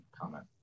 comment